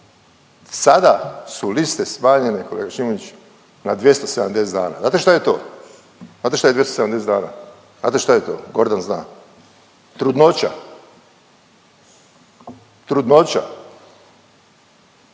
sada su liste smanjene kolega Šimičević na 270 dana, znate šta je to. Znate šta je 270 dana? Znate šta je to? Kordon zna. Trudnoća. Trudnoća.